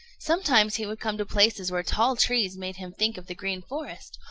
sometimes he would come to places where tall trees made him think of the green forest,